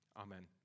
Amen